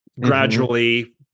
gradually